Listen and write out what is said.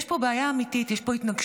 יש פה בעיה אמיתית, יש פה התנגשות.